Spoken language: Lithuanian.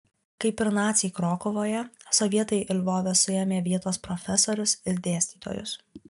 kaip ir naciai krokuvoje sovietai lvove suėmė vietos profesorius ir dėstytojus